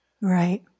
Right